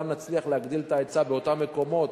נצליח להגדיל את ההיצע באותם מקומות,